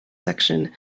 section